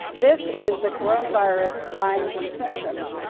this is the coronavirus signs and symptoms,